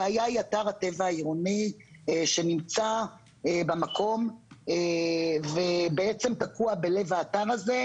הבעיה היא אתר הטבע העירוני שנמצא במקום ובעצם תקוע בלב האתר הזה,